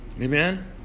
Amen